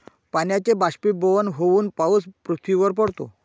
पाण्याचे बाष्पीभवन होऊन पाऊस पृथ्वीवर पडतो